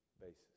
basis